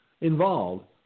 involved